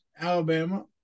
alabama